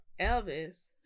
Elvis